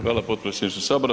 Hvala potpredsjedniče sabora.